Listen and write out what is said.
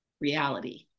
reality